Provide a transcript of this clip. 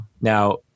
Now